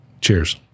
Cheers